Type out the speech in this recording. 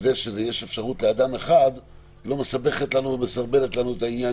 זה שיש אפשרות לאדם אחד לא מסבכת לנו ומסרבלת לנו את העניין